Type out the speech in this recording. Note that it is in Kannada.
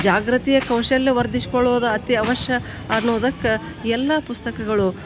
ಜಾಗೃತಿಯ ಕೌಶಲ್ಯ ವರ್ದಿಸ್ಕೊಳ್ಳೋದ ಅತಿ ಅವಶ್ಯ ಅನ್ನೋದಕ್ಕೆ ಎಲ್ಲ ಪುಸ್ತಕಗಳು